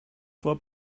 for